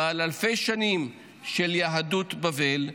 בן אלפי שנים של יהדות בבל,